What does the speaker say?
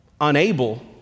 unable